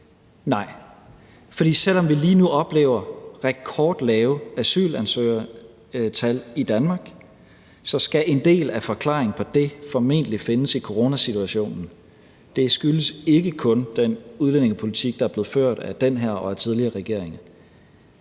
Nej, for selv om vi lige nu oplever rekordlave asylansøgertal i Danmark, skal en del af forklaringen på det formentlig findes i coronasituationen. Det skyldes ikke kun den udlændingepolitik, der er blevet ført af den her og af tidligere regeringer.